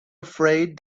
afraid